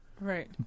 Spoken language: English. right